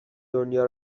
دنیا